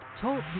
Talk